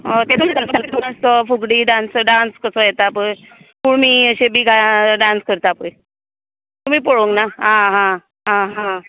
तो fugdi dance dance कसो येता पय कुणबी अशें बी आय डांस करता पय तुमी पळोंगना आं हां आं हां